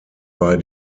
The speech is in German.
bei